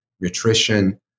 nutrition